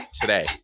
today